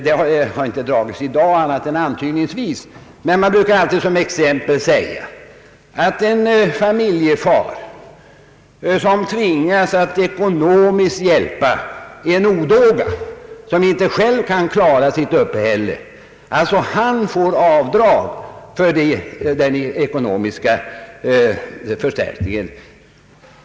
Det har inte kommit till uttryck i dag annat än antydningsvis, men man brukar som exempel anföra att en familjefar som tvingas att ekonomiskt hjälpa en odåga, som inte själv kan klara sitt uppehälle, får avdrag för sitt ekonomiska bidrag.